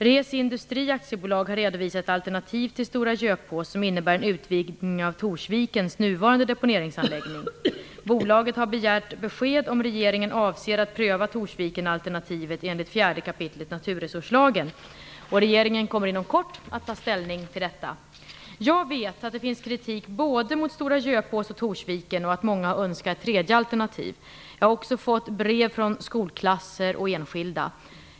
Reci Industri AB har redovisat ett alternativ till Stora Göpås som innebär en utvidgning av Torsvikens nuvarande deponeringsanläggning. Bolaget har begärt besked om regeringen avser att pröva Torsvikenalternativet enligt 4 kap. naturresurslagen. Regeringen kommer inom kort att ta ställning till detta. Jag vet att det finns kritik både mot Stora Göpås och mot Torsviken och att många har önskat ett tredje alternativ. Jag har också fått brev från skolklasser och enskilda.